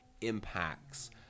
impacts